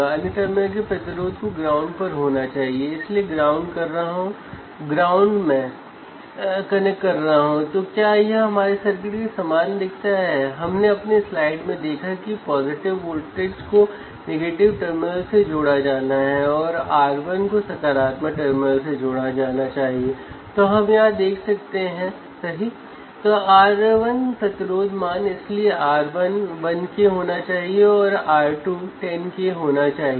यदि आप फिर से देखते हैं कि वह क्या कनेक्ट करने की कोशिश कर रहा है तो वह व्हीटस्टोन ब्रिज को वोल्टेज सप्लाई से जोड़ने की कोशिश कर रहा है